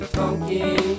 funky